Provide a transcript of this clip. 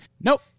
Nope